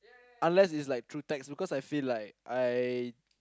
unless it's like through text because I feel like I